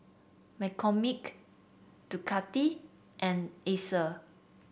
McCormick Ducati and Acer